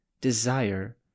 desire